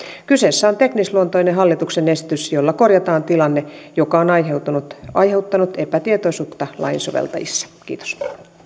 kyseessä on teknisluontoinen hallituksen esitys jolla korjataan tilanne joka on aiheuttanut aiheuttanut epätietoisuutta lain soveltajissa kiitos